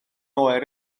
oer